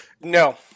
No